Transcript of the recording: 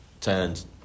turned